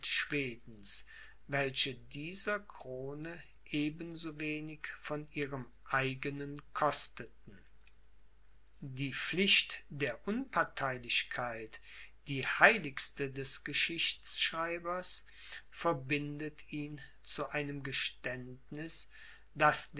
welche dieser krone eben so wenig von ihrem eigenen kosteten die pflicht der unparteilichkeit die heiligste des geschichtschreibers verbindet ihn zu einem geständniß das